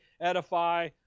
edify